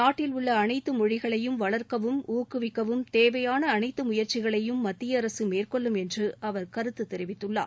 நாட்டில் உள்ள அனைத்து மொழிகளையும் வளர்க்கவும் ஊக்கவிக்கவும் தேவையான அனைத்து முயற்சிகளையும் மத்திய அரசு மேற்கொள்ளும் என்று அவர் கருத்து தெரிவித்துள்ளார்